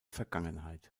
vergangenheit